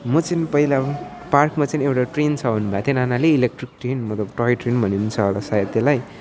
म चाहिँ पहिला पार्कमा चाहिँ एउटा ट्रेन छ भन्नुभएको थियो नानाले इलेक्ट्रिक ट्रेन मतलब टोय ट्रेन भनिन्छ होला सायद त्यसलाई